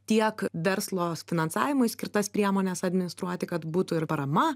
tiek verslo finansavimui skirtas priemones administruoti kad būtų ir parama